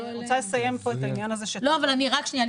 אני רוצה לסיים את העניין הזה -- לפני שאת